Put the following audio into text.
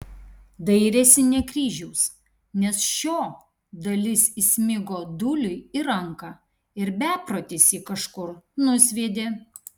dairėsi ne kryžiaus nes šio dalis įsmigo dūliui į ranką ir beprotis jį kažkur nusviedė